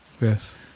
Yes